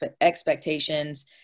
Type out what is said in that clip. expectations